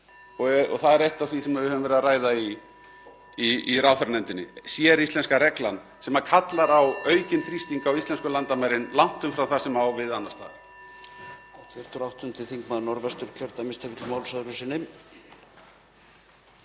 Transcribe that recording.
Það er eitt af því sem við höfum verið að ræða í ráðherranefndinni, séríslenska reglan sem kallar á aukinn þrýsting á íslensku landamærin, langt umfram það sem á við annars staðar.